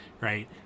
right